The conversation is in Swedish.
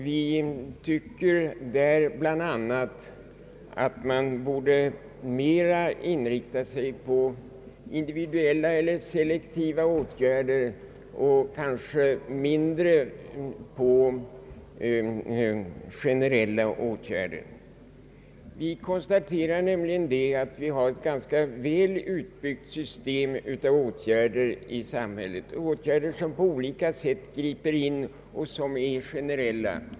Vi anser bl.a. att man mera borde inrikta sig på individuella eller selektiva åtgärder och kanske mindre på generella åtgärder. Vi konstaterar nämligen att det finns ett ganska väl utbyggt system av åtgärder i samhället som på olika sätt griper in och är generella.